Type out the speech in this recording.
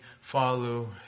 follow